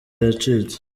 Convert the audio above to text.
yacitse